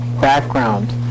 background